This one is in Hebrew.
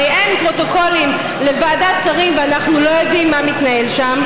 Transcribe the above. הרי אין פרוטוקולים לוועדת שרים ואנחנו לא יודעים מה מתנהל שם.